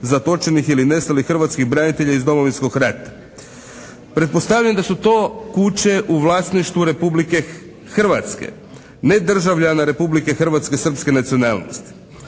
zatočenih ili nestalih hrvatskih branitelja iz Domovinskog rata. Pretpostavljam da su to kuće u vlasništvu Republike Hrvatske, ne državljana Republike Hrvatske srpske nacionalnosti.